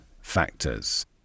factors